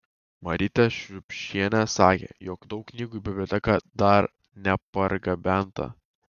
marytė šriubšienė sakė jog daug knygų į biblioteką dar nepargabenta